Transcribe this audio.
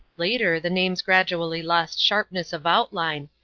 later the names gradually lost sharpness of outline,